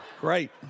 Great